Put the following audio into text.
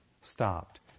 stopped